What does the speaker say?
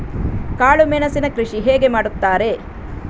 ಕಾಳು ಮೆಣಸಿನ ಕೃಷಿ ಹೇಗೆ ಮಾಡುತ್ತಾರೆ?